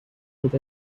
with